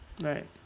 Right